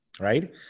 Right